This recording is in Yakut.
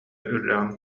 үрэҕин